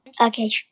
Okay